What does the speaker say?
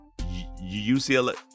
UCLA